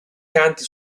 canti